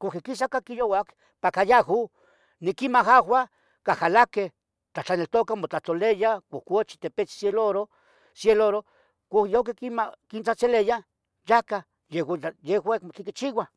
uhqui quisah. cah quiyouac, caca yajuh, niquimahahua, cahjalaqueh, tlahtlaniltocah. motlahtloliyah cuhcuchi tepetzin loro, se loro cohyoqui quima, quintzahtzeleyah yacah, yehoun, yehoun, acmotlen quichiuah.